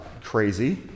Crazy